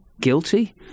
guilty